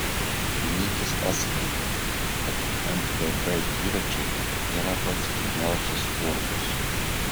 vilnietis atskleidė kad mtb dviračiai nėra pats pigiausias sportas